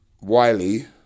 Wiley